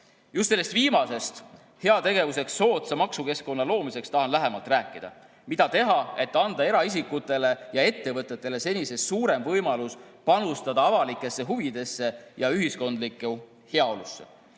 Just sellest viimasest, heategevuseks soodsa maksukeskkonna loomisest, tahan lähemalt rääkida. Mida teha, et anda eraisikutele ja ettevõtetele senisest suurem võimalus panustada avalikesse huvidesse ja ühiskondlikku heaolusse?